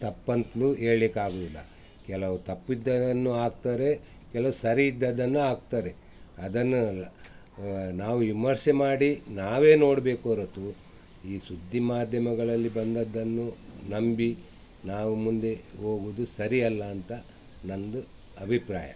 ತಪ್ಪಂತಲು ಹೇಳಿಕ್ ಆಗುವುದಿಲ್ಲ ಕೆಲವು ತಪ್ಪಿದ್ದದ್ದನ್ನು ಹಾಕ್ತಾರೆ ಕೆಲವು ಸರಿ ಇದ್ದದ್ದನ್ನು ಹಾಕ್ತಾರೆ ಅದನ್ನು ಎಲ್ಲ ನಾವು ವಿಮರ್ಶೆ ಮಾಡಿ ನಾವೇ ನೋಡಬೇಕು ಹೊರತು ಈ ಸುದ್ದಿ ಮಾಧ್ಯಮಗಳಲ್ಲಿ ಬಂದದ್ದನ್ನು ನಂಬಿ ನಾವು ಮುಂದೆ ಹೋಗುದು ಸರಿ ಅಲ್ಲ ಅಂತ ನನ್ನದು ಅಭಿಪ್ರಾಯ